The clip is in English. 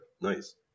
Nice